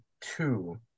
two